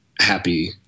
happy